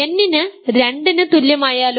N ന് 2 ന് തുല്യം ആയാലോ